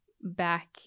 back